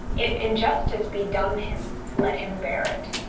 if injustice be done him, let him bear it.